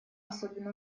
особенно